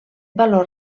valor